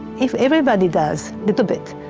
if everybody does little bit,